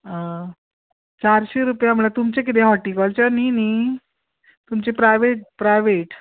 आं चारशीं रुपया म्हणल्यार तुमचे कितें हॉर्टीकलचर न्हय न्हय तुमचे प्रायवेट प्रायवेट